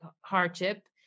hardship